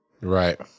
Right